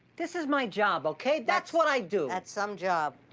this is my job, okay? that's what i do. that's some job,